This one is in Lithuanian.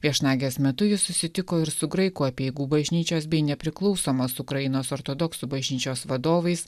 viešnagės metu jis susitiko ir su graikų apeigų bažnyčios bei nepriklausomos ukrainos ortodoksų bažnyčios vadovais